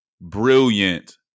brilliant